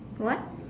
what